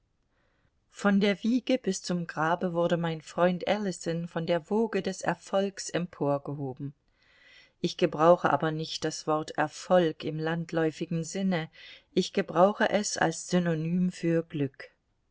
von der wiege bis zum grabe wurde mein freund ellison von der woge des erfolges emporgehoben ich gebrauche aber nicht das wort erfolg im landläufigen sinne ich gebrauche es als synonym für glück